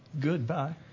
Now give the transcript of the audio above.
goodbye